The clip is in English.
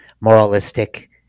moralistic